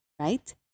right